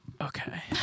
Okay